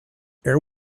air